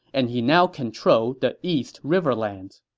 and he now controlled the east riverlands.